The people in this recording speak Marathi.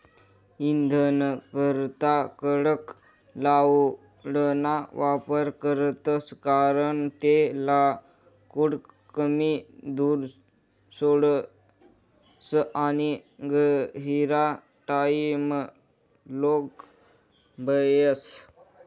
इंधनकरता कडक लाकूडना वापर करतस कारण ते लाकूड कमी धूर सोडस आणि गहिरा टाइमलोग बयस